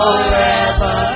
Forever